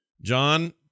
John